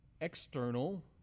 external